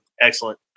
excellent